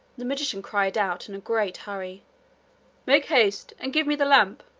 the magician cried out in a great hurry make haste and give me the lamp.